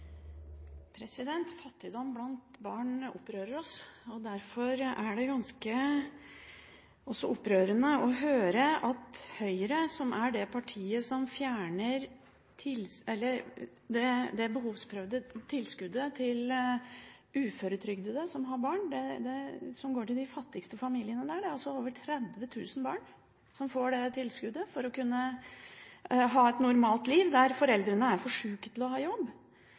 Fattigdom blant barn opprører oss. Derfor er det også ganske opprørende å høre at Høyre, partiet som fjerner det behovsprøvde tilskuddet som går til de fattigste familiene, uføretrygdede som har barn – det er over 30 000 barn som får det tilskuddet, for å kunne ha et normalt liv når foreldrene er for syke til å ha jobb